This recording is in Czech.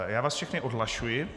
Já vás všechny odhlašuji.